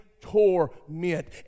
torment